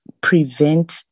prevent